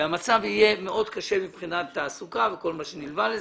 והמצב יהיה מאוד קשה מבחינת תעסוקה וכל מה שנלווה לזה,